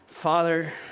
Father